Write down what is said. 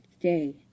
day